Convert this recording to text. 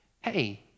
hey